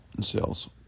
sales